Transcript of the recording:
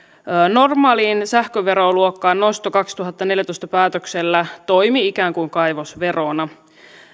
normaaliin sähköveroluokkaan nosto vuoden kaksituhattaneljätoista päätöksellä toimi ikään kuin kaivosverona